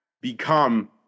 become